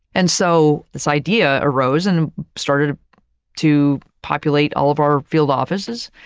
and so, this idea arose and started to populate all of our field offices.